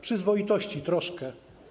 Przyzwoitości troszkę.